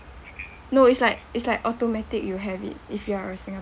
no it's like it's like automatic you have it if you are a